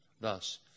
Thus